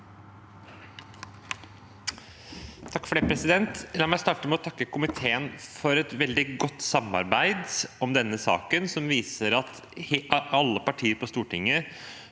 for sa- ken): La meg starte med å takke komiteen for et veldig godt samarbeid i denne saken, som viser at alle partier på Stortinget